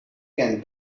can